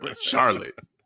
Charlotte